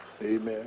amen